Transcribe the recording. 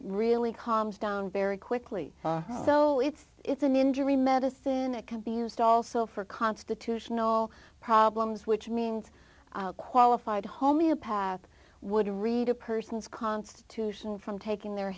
really calms down very quickly so it's it's an injury medicine that can be used also for constitutional problems which means qualified homeopath would read a person's constitution from taking their